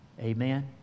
Amen